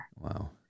Wow